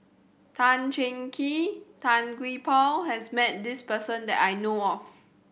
Tan Cheng Kee Tan Gee Paw has met this person that I know of